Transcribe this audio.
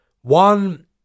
One